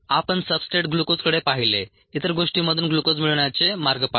आपण सबस्ट्रेट ग्लुकोजकडे पाहिले इतर गोष्टींमधून ग्लुकोज मिळवण्याचे मार्ग पाहिले